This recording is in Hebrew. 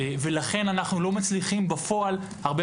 ולכן אנחנו לא מצליחים בפועל הרבה